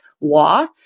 law